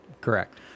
Correct